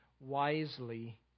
wisely